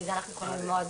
מזה אנחנו יכולים ללמוד